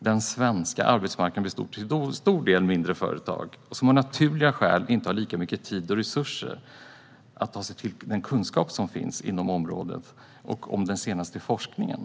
Den svenska arbetsmarknaden består till stor del av mindre företag, som av naturliga skäl inte har lika mycket tid och resurser att ta till sig den kunskap som finns på området eller den senaste forskningen.